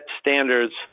standards